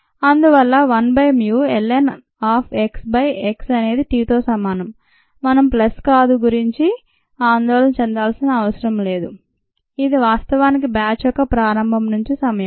అందువల్ల 1 by mu ln of x by x అనేది t తో సమానం మనం ప్లస్ కాదు గురించి ఆందోళన చెందాల్సిన అవసరం లేదు ఇది వాస్తవానికి బ్యాచ్ యొక్క ప్రారంభం నుంచి సమయం